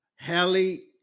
Hallie